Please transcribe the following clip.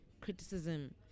criticism